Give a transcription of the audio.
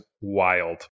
wild